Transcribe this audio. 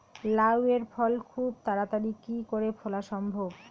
লাউ এর ফল খুব তাড়াতাড়ি কি করে ফলা সম্ভব?